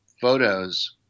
photos